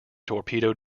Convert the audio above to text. torpedo